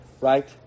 right